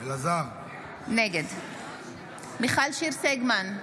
נגד מיכל שיר סגמן,